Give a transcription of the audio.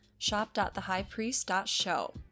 shop.thehighpriest.show